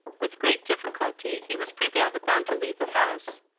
with great difficulty he was prevailed upon to leave the house,